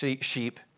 sheep